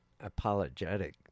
apologetic